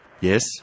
Yes